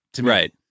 Right